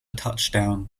touchdown